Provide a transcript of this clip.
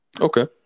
Okay